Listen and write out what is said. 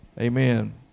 amen